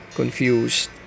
confused